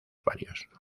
varios